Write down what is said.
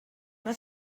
una